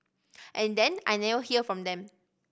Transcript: and then I never hear from them